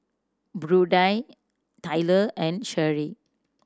Prudie Tayla and Sheri